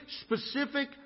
specific